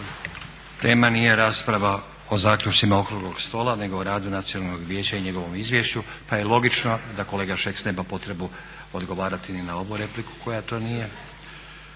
Tema nije rasprava o zaključcima okruglog stola nego o radu Nacionalnog vijeća i njegovom izvješću pa je logično da kolega Šeks nema potrebu odgovarati ni na ovu repliku koja to nije.